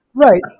Right